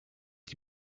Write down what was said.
die